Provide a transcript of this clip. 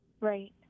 Right